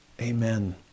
Amen